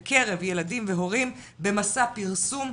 בקרב ילדים והורים במסע פרסום,